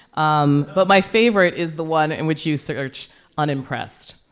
um but my favorite is the one in which you search unimpressed.